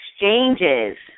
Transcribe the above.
exchanges